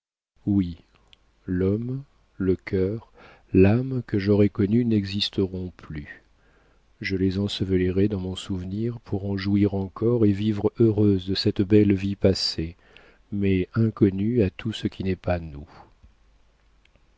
oui l'homme le cœur l'âme que j'aurai connus n'existeront plus je les ensevelirai dans mon souvenir pour en jouir encore et vivre heureuse de cette belle vie passée mais inconnue à tout ce qui n'est pas nous